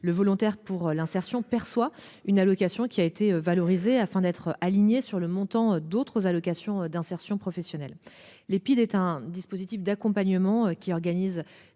le volontaire pour l'insertion perçoit une allocation qui a été valorisées afin d'être aligné sur le montant d'autres allocations d'insertion professionnelle. Les piles est un dispositif d'accompagnement qui organise